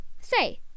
Say